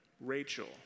Rachel